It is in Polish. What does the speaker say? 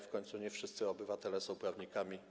W końcu nie wszyscy obywatele są prawnikami.